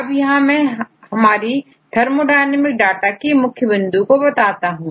अब यहां मैं हमारी थर्मोडायनेमिक डाटा की मुख्य बिंदु बताता हूं